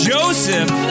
Joseph